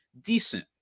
decent